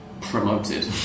promoted